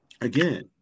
again